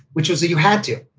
which was that you had to.